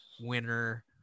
winner